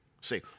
See